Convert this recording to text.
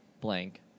blank